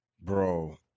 bro